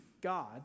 God